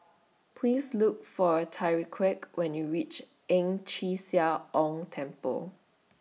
Please Look For Tyrique when YOU REACH Ang Chee Sia Ong Temple